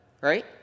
right